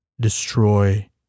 Destroy